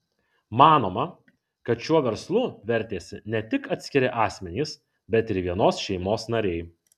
manoma kad šiuo verslu vertėsi ne tik atskiri asmenys bet ir vienos šeimos nariai